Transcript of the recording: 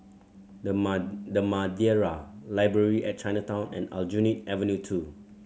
The The Madeira Library at Chinatown and Aljunied Avenue Two